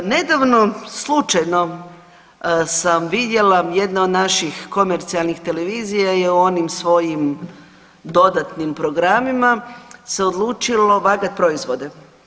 Nedavno slučajno sam vidjela jedna od naših komercijalnih televizija je u onim svojim dodatnim programima se odlučilo vagat proizvode.